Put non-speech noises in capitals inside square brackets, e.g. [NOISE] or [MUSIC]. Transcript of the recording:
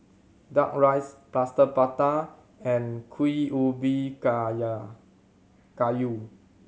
Duck Rice Plaster Prata and kuih ubi [UNINTELLIGIBLE] kayu